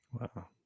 Wow